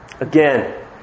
again